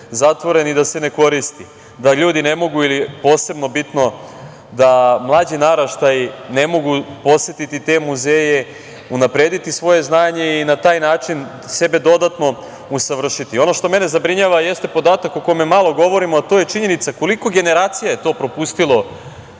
zatvoren i da se ne koristi, da ljudi ne mogu, posebno bitno, da mlađi naraštaji ne mogu posetiti te muzeje, unaprediti svoje znanje i na taj način sebe dodatno usavršiti. Ono što mene zabrinjava jeste podatak o kome malo govorimo, a to je činjenica koliko generacija je to propustilo